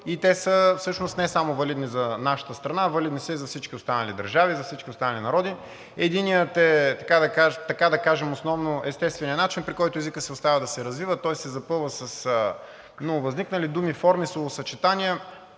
и те всъщност са не само валидни за нашата страна, валидни са и за всички останали държави, за всички останали народи. Единият е, така да кажем, основно естественият начин, при който се оставя езикът да се развива и той се запълва с нововъзникнали думи и форми, словосъчетания,